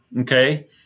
Okay